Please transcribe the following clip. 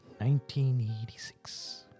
1986